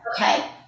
okay